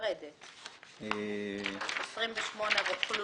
את הרישיון.